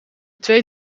twee